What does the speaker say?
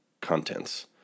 contents